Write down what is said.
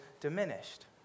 diminished